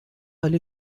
ali